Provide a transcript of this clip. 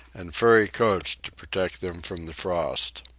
and furry coats to protect them from the frost.